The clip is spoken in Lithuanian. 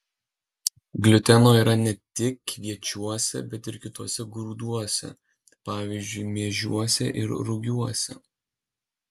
gliuteno yra ne tik kviečiuose bet ir kituose grūduose pavyzdžiui miežiuose ir rugiuose